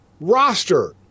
roster